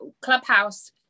clubhouse